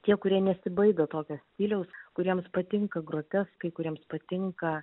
tie kurie nesibaido tokio stiliaus kuriems patinka groteskai kuriems patinka